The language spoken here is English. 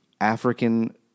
African